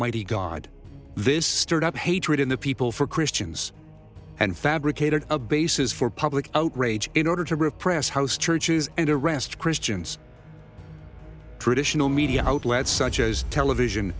almighty god this stirred up hatred in the people for christians and fabricated a basis for public outrage in order to repress house churches and arrest christians traditional media outlets such as television